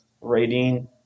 rating